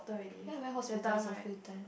then I went hospitals a few time